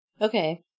Okay